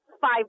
five